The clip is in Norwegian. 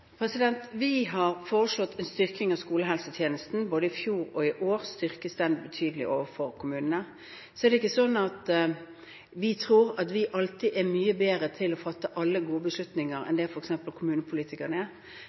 Vi har foreslått en styrking av skolehelsetjenesten. Både i fjor og i år er den styrket betydelig overfor kommunene. Og så tror ikke vi at vi alltid er mye bedre til å fatte alle gode beslutninger